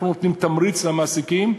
אנחנו נותנים תמריץ למעסיקים,